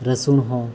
ᱨᱟᱹᱥᱩᱱ ᱦᱚᱸ